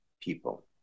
people